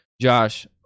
Josh